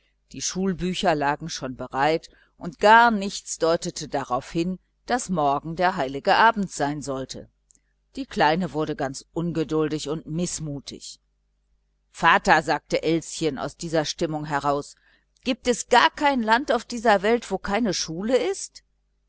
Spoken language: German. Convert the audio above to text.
die schulbücher lagen schon bereit und gar nichts deutete darauf hin daß morgen der heilige abend sein sollte die kleine wurde ganz ungeduldig und mißmutig vater sagte sie aus dieser stimmung heraus gibt es gar kein land auf der ganzen welt wo keine schule ist